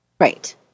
Right